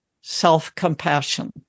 self-compassion